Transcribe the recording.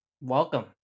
Welcome